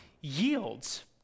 yields